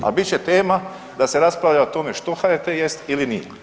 A bit će tema da se raspravlja o tome što HRT jest ili nije.